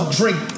drink